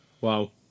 Wow